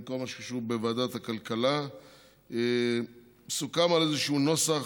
כל מה שקשור בוועדת הכלכלה סוכם על איזשהו נוסח,